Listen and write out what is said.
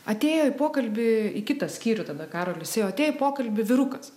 atėjo į pokalbį į kitą skyrių tada karolis ėjo atėjo į pokalbį vyrukas